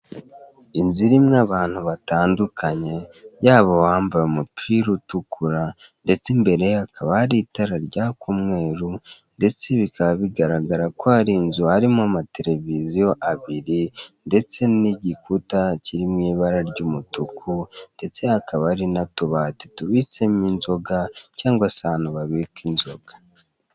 Inzu irimo abantu batandukanye yaba uwambaye umupira utukura, ndetse imbere ye hakaba hari itara rya umweru, ndetse bikaba bigaragara ko hari inzu harimo amateleviziyo abiri ndetse n'igikuta kiri mu ibara ry'umutuku, ndetse hakaba hari n'utubati tubitsemo inzoga cyangwa se ahantu babika inzoga.